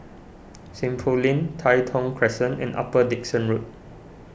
Seng Poh Lane Tai Thong Crescent and Upper Dickson Road